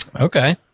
Okay